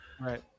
Right